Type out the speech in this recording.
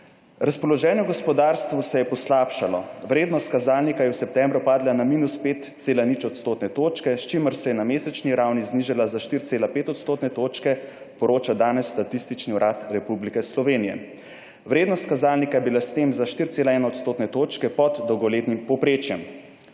»Razpoloženje v gospodarstvu se je poslabšalo, vrednost kazalnika je v septembru padla na minus 5,0 odstotne točke, s čimer se je na mesečni ravni znižala za 4,5 odstotne točke.«, poroča danes Statistični urad Republike Slovenije. Vrednost kazalnika je bila s tem za 4,1 odstotne točke pod dolgoletnim povprečjem.